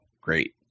great